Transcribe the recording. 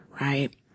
right